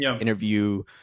interview